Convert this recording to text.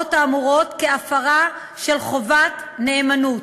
ההוראות האמורות כהפרה של חובת נאמנות.